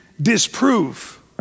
disprove